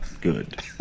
good